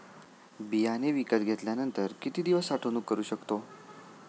बियाणे विकत घेतल्यानंतर किती दिवस साठवणूक करू शकतो?